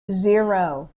zero